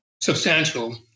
substantial